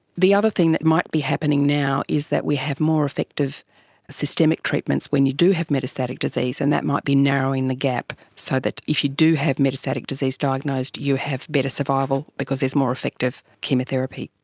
the other thing that might be happening now is that we have more effective systemic treatments when you do have metastatic disease, and that might be narrowing the gap so that if you do have metastatic disease diagnosed you have better survival because there's more effective chemotherapy.